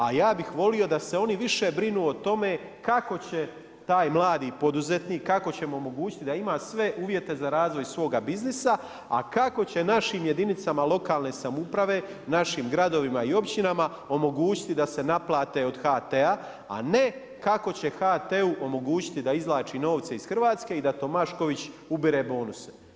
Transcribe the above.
A ja bih volio da se oni više brinu o tome kako će taj mladi poduzetnik, kako ćemo mu omogućiti da ima sve uvjete za razvoj svoga biznisa a kako će našim jedinicama lokalne samouprave, našim gradovima i općinama omogućiti da se naplate od HT-a a ne kako će HT-u omogućiti da izvlači novce iz Hrvatske i da Tomašković ubire bonuse.